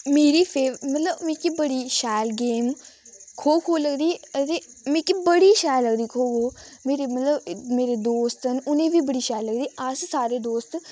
मेरी फेव मतलब मिकी बड़ी शैल गेम खो खो लगदी अदे मिकी बड़ी शैल लगदी खो खो मेरे मतलब मेरे दोस्त न उनें बी बड़ी शैल लगदी अस सारे दोस्त